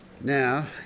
Now